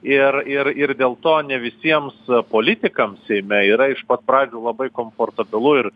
ir ir ir dėl to ne visiems politikams seime yra iš pat pradžių labai komfortabilu ir